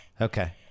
Okay